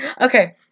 Okay